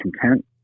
content